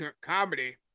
comedy